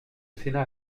sénat